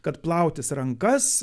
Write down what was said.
kad plautis rankas